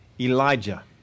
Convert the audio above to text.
Elijah